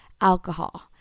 alcohol